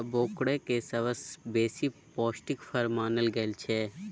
avocado केँ सबसँ बेसी पौष्टिक फर मानल गेल छै